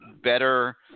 better